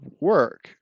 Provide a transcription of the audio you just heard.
work